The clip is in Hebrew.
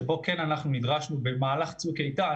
שבו כן אנחנו נדרשנו במהלך צוק איתן